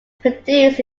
produced